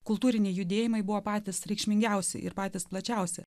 kultūriniai judėjimai buvo patys reikšmingiausi ir patys plačiausi